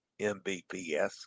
Mbps